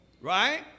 right